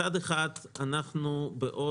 מצד אחד, בעוד